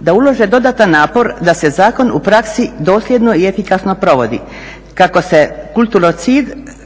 da ulože dodatan napor da se zakon u praksi dosljedno i efikasno provodi, kako se kulturocid